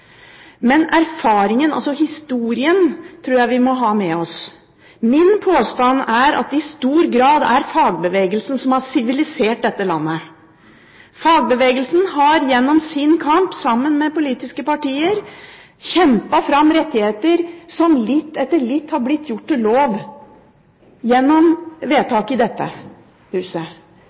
Men erfaringen, altså historien, tror jeg vi må ha med oss. Min påstand er at det i stor grad er fagbevegelsen som har sivilisert dette landet. Fagbevegelsen har gjennom sin kamp, sammen med politiske partier, kjempet fram rettigheter som litt etter litt har blitt gjort til lov gjennom vedtak i dette huset.